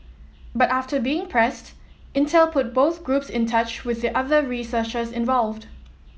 but after being pressed Intel put both groups in touch with the other researchers involved